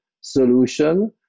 solution